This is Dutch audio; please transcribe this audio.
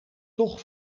toch